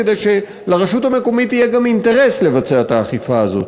כדי שלרשות המקומית יהיה גם אינטרס לבצע את האכיפה הזאת.